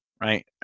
right